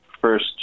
first